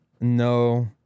No